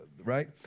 right